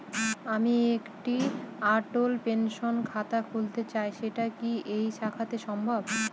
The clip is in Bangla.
আমি একটি অটল পেনশন খাতা খুলতে চাই সেটা কি এই শাখাতে সম্ভব?